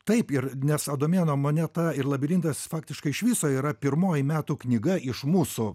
taip ir nes adomėno moneta ir labirintas faktiškai iš viso yra pirmoji metų knyga iš mūsų